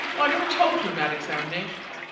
i never told you about examinations.